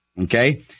Okay